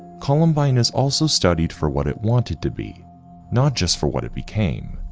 columbine is also studied for what it wanted to be not just for, what it became.